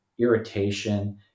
irritation